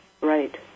Right